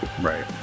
Right